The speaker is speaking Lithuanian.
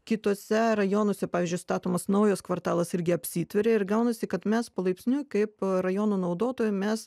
kituose rajonuose pavyzdžiui statomas naujas kvartalas irgi apsitveria ir gaunasi kad mes palaipsniui kaip rajonų naudotojai mes